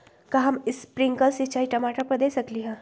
का हम स्प्रिंकल सिंचाई टमाटर पर दे सकली ह?